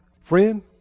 Friend